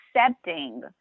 accepting